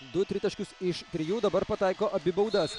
du tritaškius iš trijų dabar pataiko abi baudas